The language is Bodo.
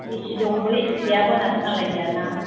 ए सि दंबो ए सि गैयाबो होननाबो खोनालायो ना